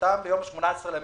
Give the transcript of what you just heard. שנחתם ביום 18 במרס.